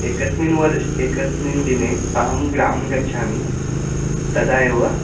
एकस्मिन् वर्षे एकस्मिन् दिने अहं ग्रामं गच्छामि तदा एव